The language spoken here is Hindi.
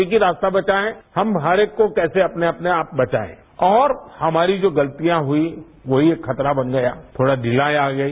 एक ही रास्ता बचा है कि हम हरेक को कैसे अपने अपने आप बचाएं और हमारी जो गलतियां हुई वो ही एक खतरा बन गया थोड़ी ढिलाई आ गई